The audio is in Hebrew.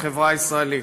בחברה הישראלית,